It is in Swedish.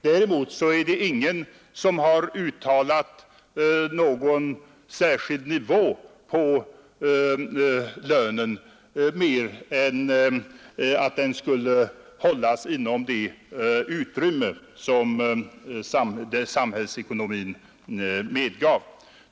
Däremot är det ingen som uttalat sig för någon bestämd nivå på lönen mer än att den skall hållas inom de utrymmen som samhällsekonomin medger.